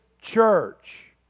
church